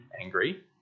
angry